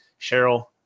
Cheryl